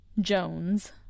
Jones